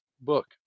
book